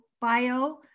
bio